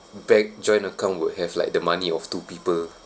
bank joint account would have like the money of two people